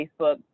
Facebook